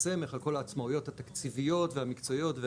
סמך על כל העצמאיות התקציבית והמקצועיות,